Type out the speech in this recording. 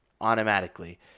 automatically